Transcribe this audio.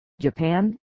Japan